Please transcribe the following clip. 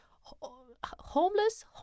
homeless